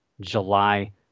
July